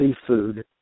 seafood